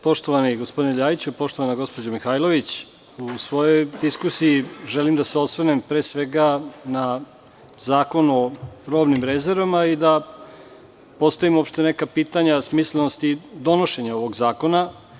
Poštovani gospodine Ljajiću, poštovana gospođo Mihajlović, u svojoj diskusiji želim da se osvrnem, pre svega, na Zakon o robnim rezervama i da postavim neka pitanja smislenosti donošenje ovog zakona.